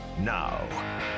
now